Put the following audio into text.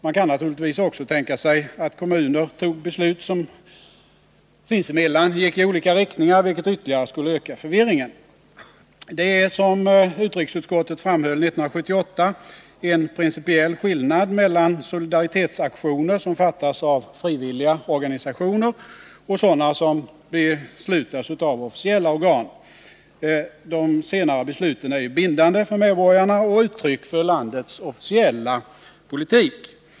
Man kan naturligtvis också tänka sig att kommuner fattar beslut som sinsemellan går i olika riktningar, vilket ytterligare skulle öka förvirringen. Det är, som utrikesutskottet framhöll 1978, en principiell skillnad mellan solidaritetsaktioner som beslutas av frivilliga organisationer och sådana som beslutas av officiella organ. De senare besluten är ju bindande för medborgarna och uttryck för landets officiella politik.